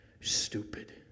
stupid